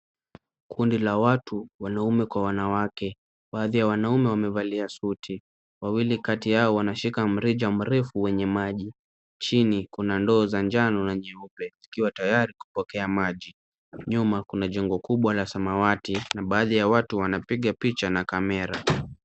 Kundi la watu wanaume kwa wanawake. Baadhi ya wanaume wamevalia suti. Wawili kati yao wanashika mrija mrefu wenye maji. Chini kuna ndoo za njano na nyeupe zikiwa tayari kupokea maji. Nyuma kuna jengo kubwa la samawati na baadhi ya watu wanapiga picha na kamera.